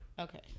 Okay